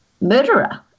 murderer